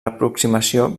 aproximació